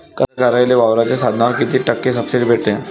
कास्तकाराइले वावराच्या साधनावर कीती टक्के सब्सिडी भेटते?